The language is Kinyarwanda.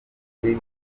kuri